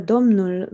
Domnul